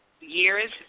years